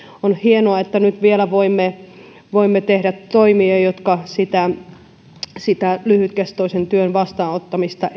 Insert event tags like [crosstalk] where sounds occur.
on hienoa että nyt vielä voimme voimme tehdä toimia jotka edelleenkin kannustavat lyhytkestoisen työn vastaanottamista [unintelligible]